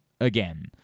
again